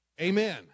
Amen